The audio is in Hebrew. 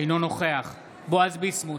אינו נוכח בועז ביסמוט,